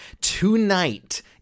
tonight